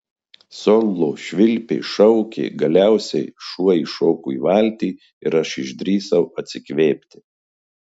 solo švilpė šaukė galiausiai šuo įšoko į valtį ir aš išdrįsau atsikvėpti